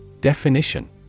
Definition